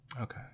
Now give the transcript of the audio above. Okay